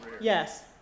Yes